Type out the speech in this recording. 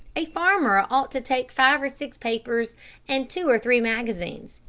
a farmer ought to take five or six papers and two or three magazines.